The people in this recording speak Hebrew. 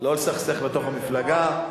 לא לסכסך בתוך המפלגה.